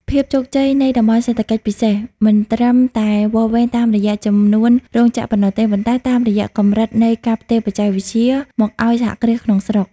ភាពជោគជ័យនៃ តំបន់សេដ្ឋកិច្ចពិសេស មិនត្រឹមតែវាស់វែងតាមរយៈចំនួនរោងចក្រប៉ុណ្ណោះទេ ប៉ុន្តែតាមរយៈកម្រិតនៃ "ការផ្ទេរបច្ចេកវិទ្យា" មកឱ្យសហគ្រាសក្នុងស្រុក។